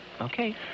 Okay